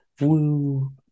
Woo